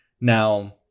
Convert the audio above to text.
now